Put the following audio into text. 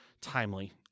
timely